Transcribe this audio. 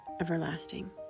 everlasting